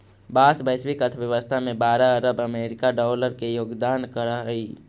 बाँस वैश्विक अर्थव्यवस्था में बारह अरब अमेरिकी डॉलर के योगदान करऽ हइ